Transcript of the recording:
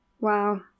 Wow